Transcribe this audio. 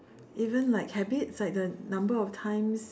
even like habits like the number of times